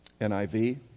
NIV